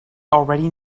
already